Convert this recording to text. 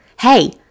Hey